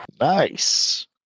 Nice